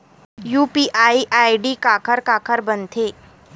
UPI ID काखर काखर बनथे?